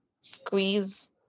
squeeze